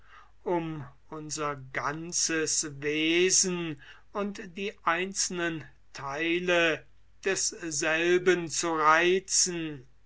um unser ganzes wesen und die einzelnen theile desselben zu reizen